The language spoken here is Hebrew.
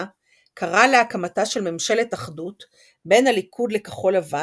קרא להקמתה של ממשלת אחדות בין "הליכוד" ל"כחול לבן",